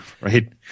Right